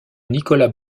nicolas